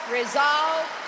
resolve